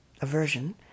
aversion